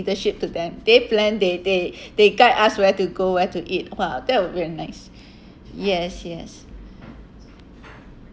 leadership to them they plan they they they guide us where to go where to eat !wah! that would be a nice yes yes